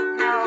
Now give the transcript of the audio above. no